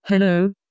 hello